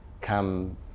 come